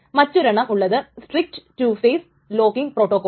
മറ്റോരെണ്ണം ഉള്ളത് strict 2 phase locking protocol